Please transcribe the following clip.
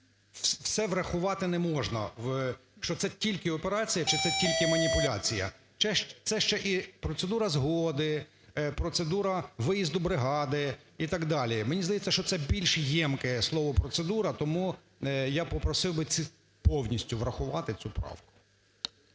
все врахувати не можна, що це тільки операція, чи це тільки маніпуляція. Це ще і процедура згоди, процедура виїзду бригади, і так далі. Мені здається, що це більш ємке, слово "процедура" тому я попросив би повністю врахувати цю правку.